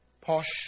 posh